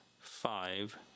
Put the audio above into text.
five